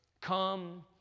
Come